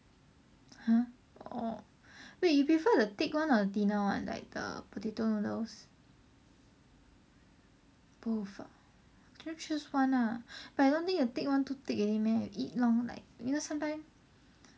!huh! orh wait you prefer the thick one or the thinner one like the potato noodles oh fuck then choose one lah but I don't think the thick one too thick already meh you eat long like you know sometime